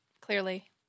clearly